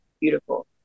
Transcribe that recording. beautiful